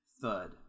Thud